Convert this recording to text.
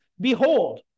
Behold